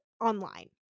online